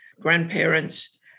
grandparents